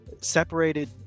separated